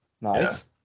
Nice